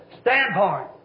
standpoint